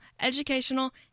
educational